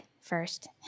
first